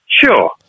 Sure